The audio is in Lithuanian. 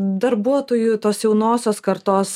darbuotojų tos jaunosios kartos